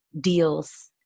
deals